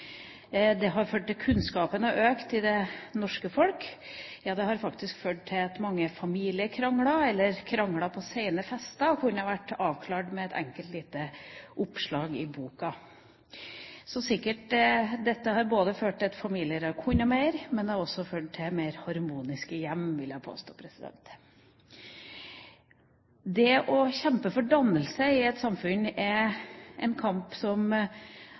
Det har ført til at kunnskapen har økt i det norske folk – ja, det har faktisk ført til at mange familiekrangler eller krangler på sene fester har blitt avklart med et enkelt lite oppslag i boka. Så dette har ført både til at familier kan mer og til mer harmoniske hjem, vil jeg påstå! Det å kjempe for dannelse i et samfunn er en kamp som